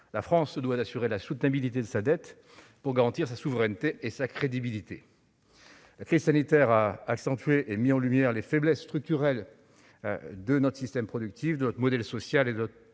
La France se doit d'assurer la soutenabilité de sa dette pour garantir sa souveraineté et sa crédibilité. La crise sanitaire a accentué et mis en lumière les faiblesses structurelles de notre système productif, de notre modèle social et de notre